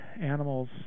animals